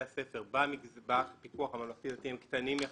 הספר בפיקוח הממלכתי-דתי הם קטנים יחסית,